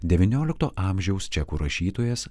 devyniolikto amžiaus čekų rašytojas